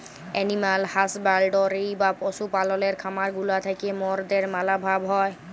animal husbandry বা পশু পাললের খামার গুলা থ্যাকে মরদের ম্যালা ভাল হ্যয়